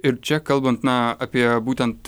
ir čia kalbant na apie būtent